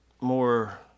More